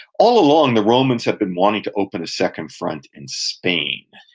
all along, the romans have been wanting to open a second front in spain,